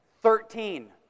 Thirteen